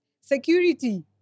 security